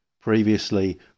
previously